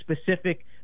specific